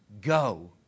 go